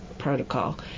protocol